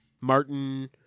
Martin